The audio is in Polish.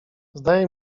zdaje